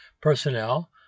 personnel